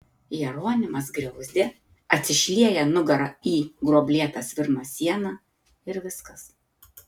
jeronimas griauzdė atsišlieja nugara į gruoblėtą svirno sieną ir viskas